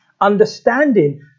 understanding